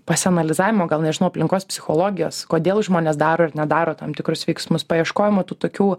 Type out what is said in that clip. pasianalizavimo gal nežinau aplinkos psichologijos kodėl žmonės daro ir nedaro tam tikrus veiksmus paieškojimo tų tokių